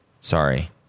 Sorry